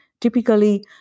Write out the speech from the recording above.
typically